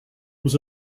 was